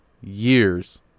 years